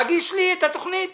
להגיש לי את התוכנית